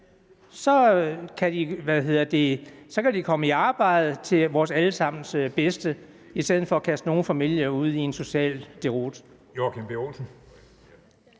Så kan de komme i arbejde til vores alle sammens bedste, i stedet for at nogle familier kastes ud i en social deroute.